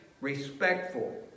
respectful